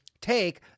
take